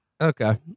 Okay